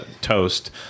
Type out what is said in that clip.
toast